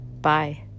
Bye